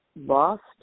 lost